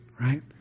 right